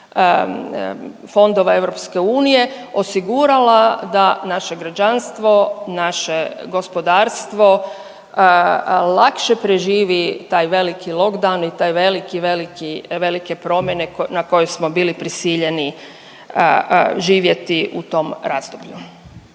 fondova EU osigurala da naše građanstvo, naše gospodarstvo, lakše preživi taj veliki lockdown i taj veliki, veliki, velike promjene na koje smo bili prisiljeni živjeti u tom razdoblju.